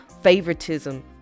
favoritism